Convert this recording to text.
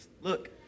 Look